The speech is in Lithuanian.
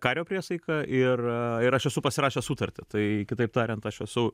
kario priesaiką ir ir aš esu pasirašęs sutartį tai kitaip tariant aš esu